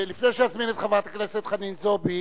לפני שאזמין את חברת הכנסת חנין זועבי